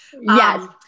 Yes